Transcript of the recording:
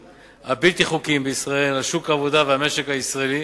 הבלתי-חוקיים בישראל על שוק העבודה והמשק הישראלי,